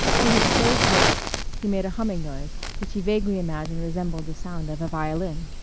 through his closed lips he made a humming noise, which he vaguely imagined resembled the sound of a violin.